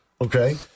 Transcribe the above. Okay